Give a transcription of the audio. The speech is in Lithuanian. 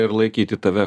ir laikyti tave